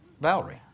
Valerie